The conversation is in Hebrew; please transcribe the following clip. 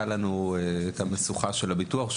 הייתה לנו המשוכה של הביטוח,